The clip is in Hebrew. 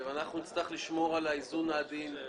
נצטרך לשמור על האיזון העדין,